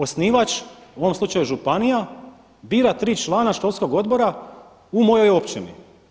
Osnivač u ovom slučaju županija bira 3 člana školskog odbora u mojoj općini.